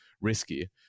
risky